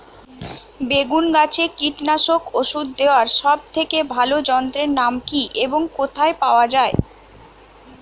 বেগুন গাছে কীটনাশক ওষুধ দেওয়ার সব থেকে ভালো যন্ত্রের নাম কি এবং কোথায় পাওয়া যায়?